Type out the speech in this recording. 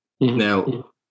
Now